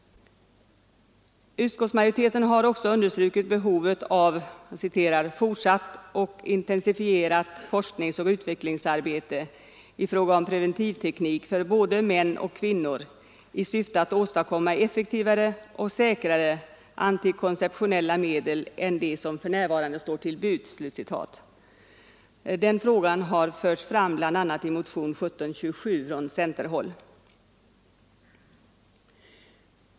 Utskottsmajoriteten har också understrukit behovet av ”fortsatt och intensifierat forskningsoch utvecklingsarbete i fråga om preventivteknik för både män och kvinnor i syfte att åstadkomma effektivare och säkrare antikonceptionella medel än de som f. n. står till buds”. Den frågan hade förts fram bl.a. i motionen 1727 från centerhåll.